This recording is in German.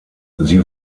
sie